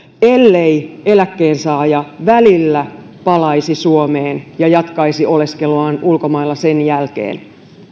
ellei eläkkeensaaja välillä palaisi suomeen ja jatkaisi oleskeluaan ulkomailla sen jälkeen